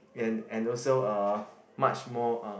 and and also uh much more uh